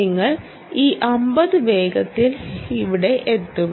നിങ്ങൾ ഈ 50 വേഗത്തിൽ ഇവിടെയെത്തും